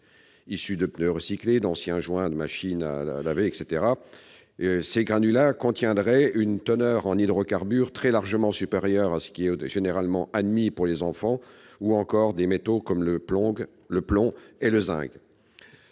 Issus de pneus recyclés et, notamment, d'anciens joints de machines à laver, ces granulats contiendraient une teneur en hydrocarbures très largement supérieure à ce qui est généralement admis pour les enfants, ou encore des métaux comme le plomb et le zinc.